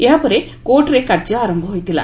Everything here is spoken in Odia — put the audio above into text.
ଏହାପରେ କୋର୍ଟରେ କାର୍ଯ୍ୟ ଆରମ୍ଭ ହୋଇଥିଲା